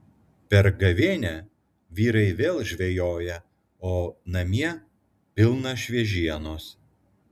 per gavėnią vyrai vėl žvejoja o namie pilna šviežienos